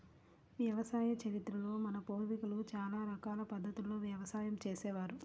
వ్యవసాయ చరిత్రలో మన పూర్వీకులు చాలా రకాల పద్ధతుల్లో వ్యవసాయం చేసే వారు